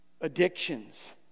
addictions